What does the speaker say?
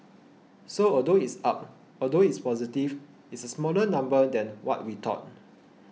so although it's up although it's positive it's a smaller number than what we thought